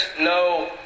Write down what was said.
no